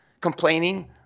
complaining